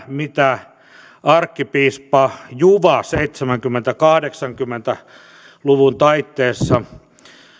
mitä arkkipiispa juva seitsemänkymmentä viiva kahdeksankymmentä luvun taitteessa